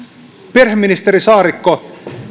perheministeri saarikko